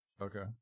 Okay